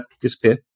disappear